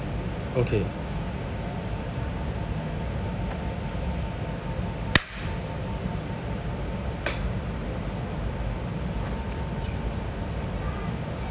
okay